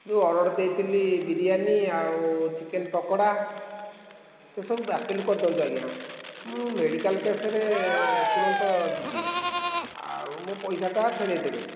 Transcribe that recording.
ଯେଉଁ ଅର୍ଡ଼ର ଦେଇଥିଲି ବିରିୟାନୀ ଆଉ ଚିକେନ୍ ପକୋଡ଼ା ସେସବୁ ବାତିଲ କରିଦିଅନ୍ତୁ ଆଜ୍ଞା ମୁଁ ମେଡ଼ିକାଲ କେସ୍ରେ ତୁରନ୍ତ ଯିବି ଆଉ ମୋ ପଇସାଟା ଫେରେଇ ଦେବେ